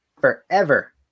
forever